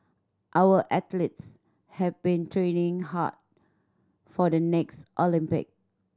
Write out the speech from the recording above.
our athletes have been training hard for the next Olympic